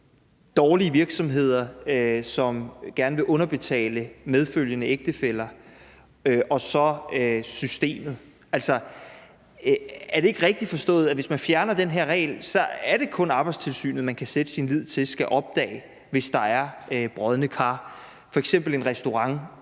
dårlige virksomheder, som gerne vil underbetale medfølgende ægtefæller, og så systemet? Er det ikke rigtigt forstået, at hvis man fjerner den her regel, så er det kun Arbejdstilsynet, man kan sætte sin lid til skal opdage det, hvis der er brodne kar, f.eks. en restaurant,